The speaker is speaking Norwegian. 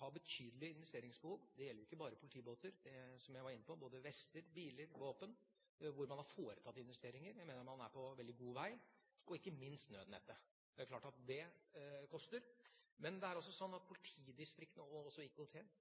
har betydelige investeringsbehov. Det gjelder jo ikke bare politibåter, som jeg var inne på, men også vester, biler og våpen, hvor man har foretatt investeringer – jeg mener man er på veldig god vei – og ikke minst nødnettet og IKT. Det er klart at det koster. Men det er også sånn at politidistriktene